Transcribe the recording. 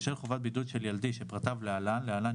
בשל חובת בידוד של ילדי שפרטיו להלן (להלן,